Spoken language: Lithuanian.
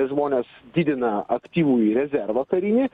žmonės didina aktyvųjį rezervą karinį